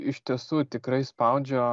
iš tiesų tikrai spaudžia